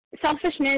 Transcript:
Selfishness